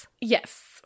Yes